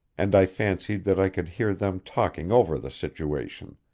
and i fancied that i could hear them talking over the situation,